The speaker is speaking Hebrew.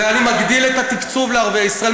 ואני מגדיל את התקצוב לערביי ישראל,